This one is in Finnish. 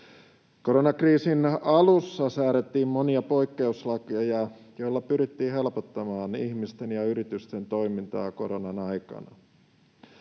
Koronakriisin alussa säädettiin monia poik- keuslakeja, joilla pyrittiin helpottamaan ihmisten ja yritysten toimintaa koronan aikana.